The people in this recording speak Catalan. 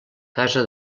casa